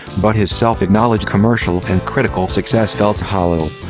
but his self-acknowledged commercial and critical success felt hollow.